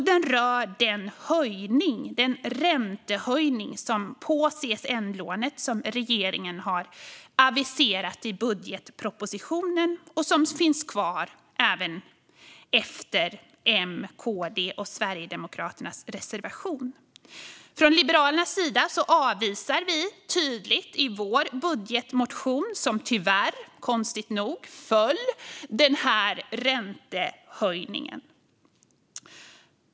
Den rör också den räntehöjning på CSN-lån som regeringen har aviserat i budgetpropositionen och som finns kvar även efter M-KD-SD:s reservation. Vi i Liberalerna avvisar tydligt denna räntehöjning i vår budgetmotion, som tyvärr och konstigt nog föll.